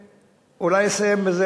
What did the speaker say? ואולי אסיים בזה,